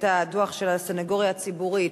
להעברת נושא הדוח של הסניגוריה הציבורית,